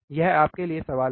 यह आपके लिए सवाल है